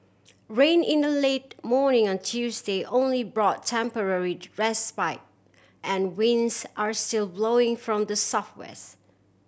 rain in the late morning on Tuesday only brought temporary respite and winds are still blowing from the southwest